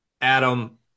Adam